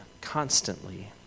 constantly